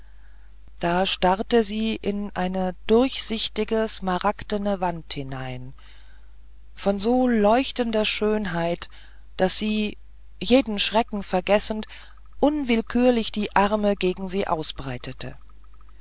da starrte sie in eine durchsichtige smaragdene wand hinein von so leuchtender schönheit daß sie jeden schrecken vergessend unwillkürlich die arme gegen sie ausbreitete